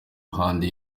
iruhande